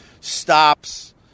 stops